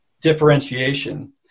differentiation